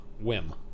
whim